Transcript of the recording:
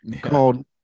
called